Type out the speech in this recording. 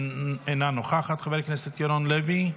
אינה נוכחת, חבר הכנסת ירון לוי,